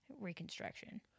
Reconstruction